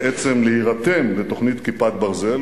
בעצם להירתם לתוכנית "כיפת ברזל",